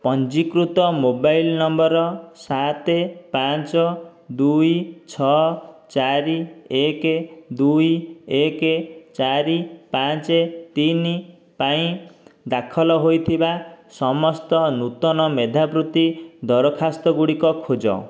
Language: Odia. ପଞ୍ଜୀକୃତ ମୋବାଇଲ୍ ନମ୍ବର ସାତ ପାଞ୍ଚ ଦୁଇ ଛଅ ଚାରି ଏକ ଦୁଇ ଏକ ଚାରି ପାଞ୍ଚ ତିନି ପାଇଁ ଦାଖଲ ହୋଇଥିବା ସମସ୍ତ ନୂତନ ମେଧାବୃତ୍ତି ଦରଖାସ୍ତଗୁଡ଼ିକ ଖୋଜ